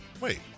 wait